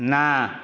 ନା